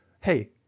Hey